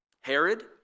Herod